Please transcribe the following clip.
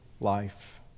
life